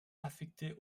affecté